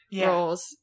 roles